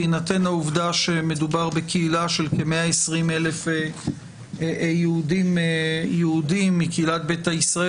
בהינתן העובדה שמדובר בקהילה של כ-120,000 יהודים מקהילת ביתא ישראל,